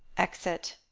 exit